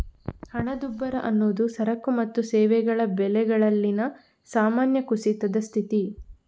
ಹಣದುಬ್ಬರ ಅನ್ನುದು ಸರಕು ಮತ್ತು ಸೇವೆಗಳ ಬೆಲೆಗಳಲ್ಲಿನ ಸಾಮಾನ್ಯ ಕುಸಿತದ ಸ್ಥಿತಿ